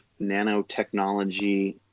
nanotechnology